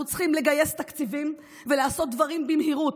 אנחנו צריכים לגייס תקציבים ולעשות דברים במהירות.